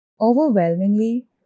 Overwhelmingly